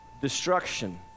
destruction